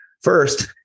first